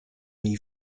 jej